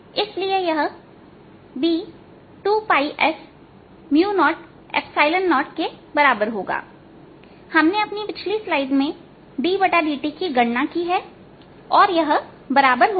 इसलिए यह B2s00हमने अपनी पिछली स्लाइड में ddt की गणना की है और यह बराबर होगा